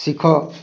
ଶିଖ